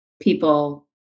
people